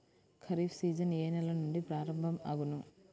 Kharif season ఏ నెల నుండి ప్రారంభం అగును?